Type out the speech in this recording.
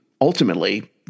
ultimately